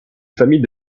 famille